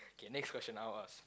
okay next question I'll ask